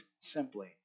simply